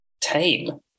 tame